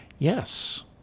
Yes